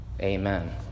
Amen